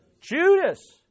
Judas